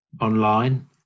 online